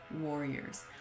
warriors